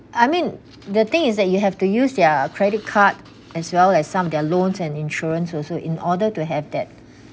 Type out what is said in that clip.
I mean the thing is that you have to use their credit card as well as some of their loans and insurance also in order to have that